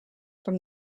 from